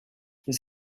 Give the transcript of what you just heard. his